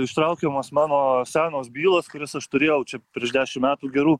ištraukiamos mano senos bylos kurias aš turėjau čia prieš dešim metų gerų